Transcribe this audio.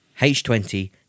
H20